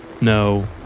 no